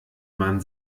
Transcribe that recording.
man